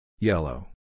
Yellow